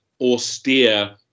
austere